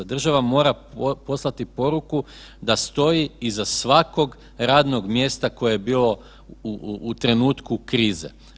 Država mora poslati poruku da stoji iza svakog radnog mjesta koje je bilo u trenutku krize.